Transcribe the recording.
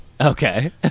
Okay